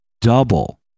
double